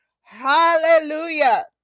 hallelujah